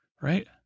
Right